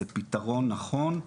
זה פתרון נכון,